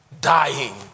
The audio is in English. dying